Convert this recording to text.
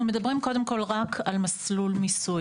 אנחנו מדברים קודם כל רק על מסלול מיסוי.